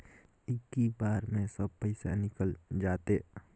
इक्की बार मे सब पइसा निकल जाते?